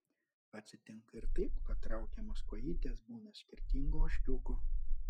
atsitinka ir taip kad traukiamos kojytės būna skirtingų ožkiukų